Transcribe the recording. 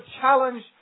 challenge